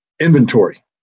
inventory